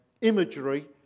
imagery